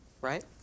Right